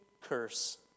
curse